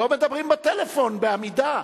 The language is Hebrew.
לא מדברים בטלפון בעמידה.